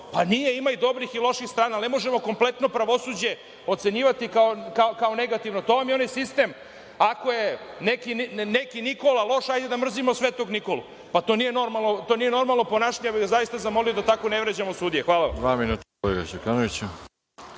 Pa nije. Ima i dobrih i loših strana, ali ne možemo kompletno pravosuđe ocenjivati kao negativno. To vam je onaj sistem – ako je neki Nikola loš, hajde da mrzimo Svetog Nikolu. To nije normalno ponašanje i zaista bih vas zamolio da tako ne vređamo sudije. Hvala vam.